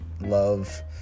love